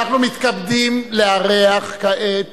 אנחנו מתכבדים לארח כעת